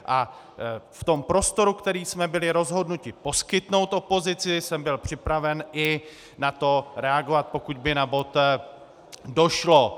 A v prostoru, který jsme byli rozhodnuti poskytnout opozici, jsem byl připraven i na to reagovat, pokud by na bod došlo.